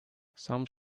some